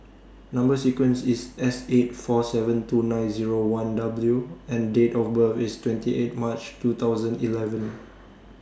Number sequence IS S eight four seven two nine Zero one W and Date of birth IS twenty eight March two thousand eleven